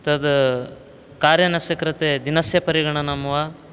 तत् कार् यानस्य कृते दिनस्य परिगणनं वा